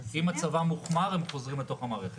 אם מצבם הוחמר הם חוזרים לתוך המערכת.